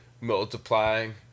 multiplying